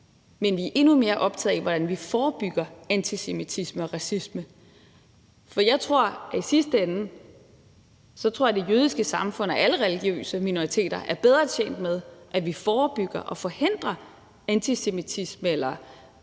men vi er endnu mere optagede af, hvordan vi forebygger antisemitisme og racisme. For jeg tror i sidste ende, at vores jødiske samfund og alle andre religiøse minoriteter er bedre tjent med, at vi forebygger og forhindrer antisemitisme eller andre